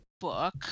book